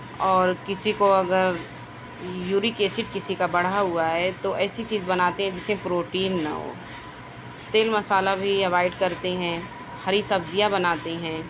اور کسی کو اگر یورک ایسڈ کسی کا بڑھا ہوا ہے تو ایسی چیز بناتے جیسے پروٹین نہ ہو تیل مسالہ بھی اوائڈ کرتے ہیں ہری سبزیاں بناتے ہیں